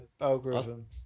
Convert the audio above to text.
algorithm